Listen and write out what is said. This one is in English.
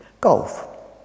golf